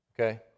Okay